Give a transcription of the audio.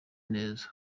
neza